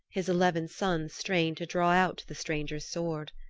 his eleven sons strained to draw out the stranger's sword.